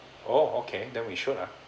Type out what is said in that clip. oh okay then we should ah